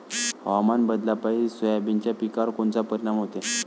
हवामान बदलापायी सोयाबीनच्या पिकावर कोनचा परिणाम होते?